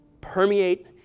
permeate